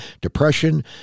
depression